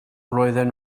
roedden